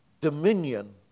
dominion